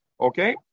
Okay